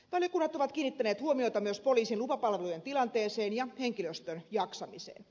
valiokunnat ovat kiinnittäneet huomiota myös poliisin lupapalvelujen tilanteeseen ja henkilöstön jaksamiseen